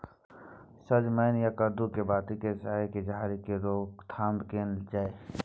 सजमैन आ कद्दू के बाती के सईर के झरि के रोकथाम केना कैल जाय?